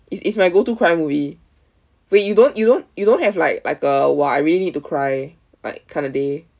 it's it's my go to cry movie wait you don't you don't you don't have like like a !wah! I really need to cry like kind of day